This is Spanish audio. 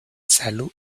salud